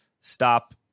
stop